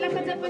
להגיע למשהו.